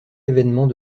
événement